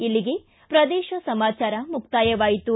ಇಲ್ಲಿಗೆ ಪ್ರದೇಶ ಸಮಾಚಾರ ಮುಕ್ತಾಯವಾಯಿತು